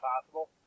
possible